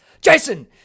Jason